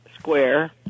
square